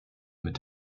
mit